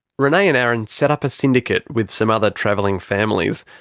renay and aaron set up a syndicate with some other travelling families,